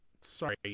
Sorry